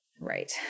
Right